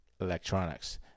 electronics